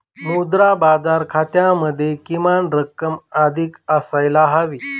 मुद्रा बाजार खात्यामध्ये किमान रक्कम अधिक असायला हवी